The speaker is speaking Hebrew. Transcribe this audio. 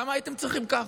למה הייתם צריכים ככה?